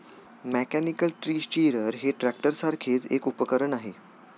mechanical tree stirrer हे ट्रॅक्टरसारखेच एक उपकरण आहे